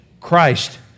Christ